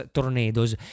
Tornadoes